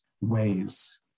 ways